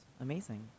amazing